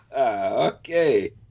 Okay